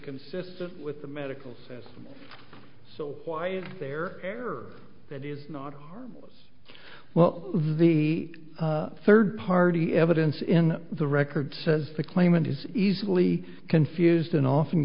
consistent with the medicals so why is there error that is not harm us well the third party evidence in the record says the claimant is easily confused and often